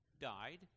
died